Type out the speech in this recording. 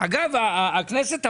אגב הכנסת אמרה,